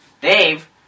Dave